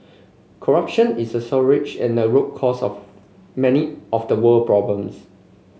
corruption is a scourge and a root cause of many of the world problems